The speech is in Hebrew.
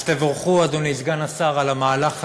אז תבורכו, אדוני סגן השר, על המהלך הזה.